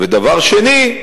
ודבר שני,